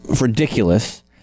ridiculous